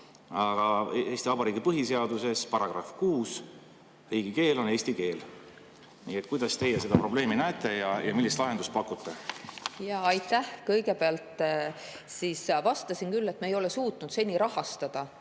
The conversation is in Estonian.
Aga Eesti Vabariigi põhiseaduse § 6 ütleb, et riigikeel on eesti keel. Nii et kuidas teie seda probleemi näete ja millist lahendust pakute? Aitäh! Kõigepealt siis: ma vastasin küll, et me ei ole suutnud seni rahastada